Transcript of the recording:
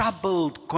troubled